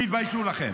תתביישו לכם.